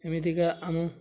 ଏମିତିକା ଆମ